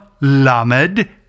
Lamed